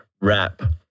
rap